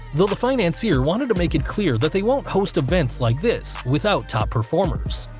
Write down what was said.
though the financier wanted to make it clear that they won't host events like this without top performers.